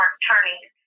attorneys